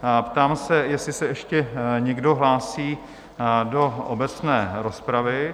Ptám se, jestli se ještě někdo hlásí do obecné rozpravy?